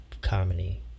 comedy